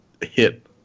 hit